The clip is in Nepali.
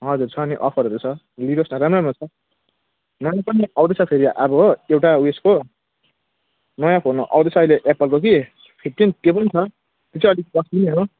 हजुर छ नि अफरहरू छ लिनुहोस् न राम्रो राम्रो छ नाम पनि अरू छ फेरि अब हो एउटा ऊ यसको नयाँ फोन हो अरू छ अहिले एप्पलको कि फिफ्टिन त्यो पनि छ त्यो चाहिँ अलिक कस्टली नै हो